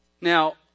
Now